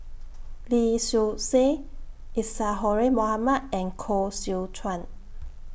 Lee Seow Ser Isadhora Mohamed and Koh Seow Chuan